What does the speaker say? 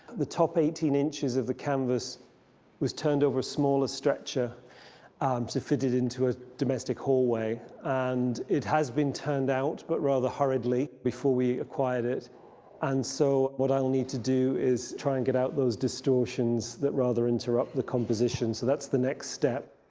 the top eighteen inches of the canvas was turned over a smaller stretcher to fit it into a domestic hallway, and it has been turned out, but rather hurriedly, before we acquired it and so what i'll need to do is try and get out those distortions that rather interrupt the composition, so that's the next step.